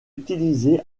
utilisés